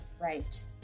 right